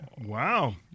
Wow